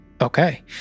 Okay